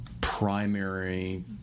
primary